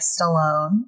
Stallone